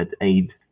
aid